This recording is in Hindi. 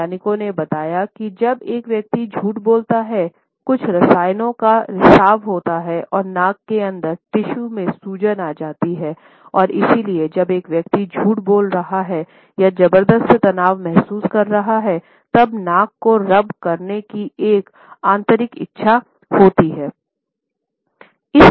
वैज्ञानिकों ने बताया कि जब एक व्यक्ति झूठ बोलता हैं कुछ रसायनों का रिसाव होता हैं और नाक के अंदर टिश्यू में सुजन आ जाती हैं और इसलिए जब एक व्यक्ति झूठ बोल रहा है या जबर्दस्त तनाव महसूस कर रहा हैतब नाक को रब करने की एक आंतरिक इच्छा होती है